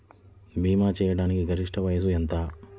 భీమా చేయాటానికి గరిష్ట వయస్సు ఎంత?